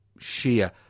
Shia